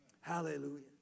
Hallelujah